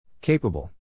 Capable